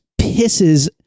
pisses